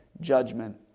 judgment